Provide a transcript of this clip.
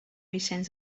vicenç